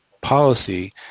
policy